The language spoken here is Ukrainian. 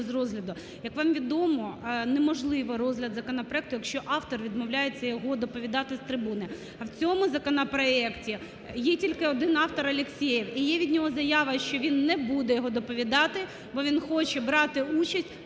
Як вам відомо, неможливий розгляд законопроекту, якщо автор відмовляється його доповідати з трибуни. А в цьому законопроекті є тільки один автор Алєксєєв і є від нього заява, що він не буде його доповідати, бо він хоче брати участь